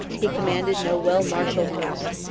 he commanded no well-marshalled host.